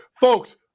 Folks